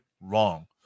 wrong